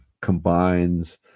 combines